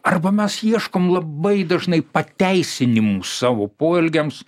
arba mes ieškom labai dažnai pateisinimų savo poelgiams